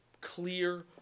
clear